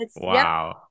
Wow